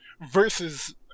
Versus